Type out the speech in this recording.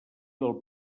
del